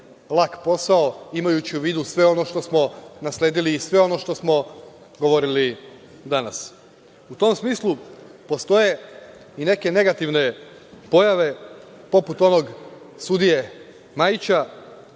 lak posao, imajući u vidu sve ono što smo nasledili i sve ono o čemu smo govorili danas.U tom smislu postoje i neke negativne pojave poput onog sudije Majića